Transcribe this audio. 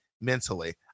mentally